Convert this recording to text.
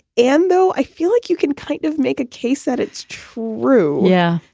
and though i feel like you can kind of make a case that it's true yeah.